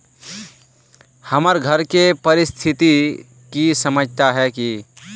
हमर घर के परिस्थिति के समझता है की?